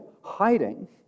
hiding